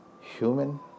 human